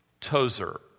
Tozer